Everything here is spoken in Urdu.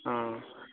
ہاں